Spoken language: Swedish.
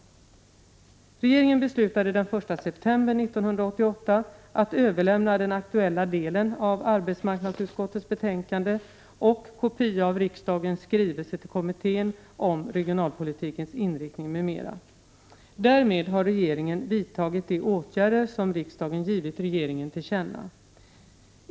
tiska utredningen Regeringen beslutade den 1 september 1988 att överlämna den aktuella delen av arbetsmarknadsutskottets betänkande och kopia av riksdagens skrivelse till kommittén om regionalpolitikens inriktning m.m. Därmed har regeringen vidtagit de åtgärder som riksdagen givit regeringen till känna.